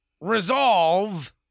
resolve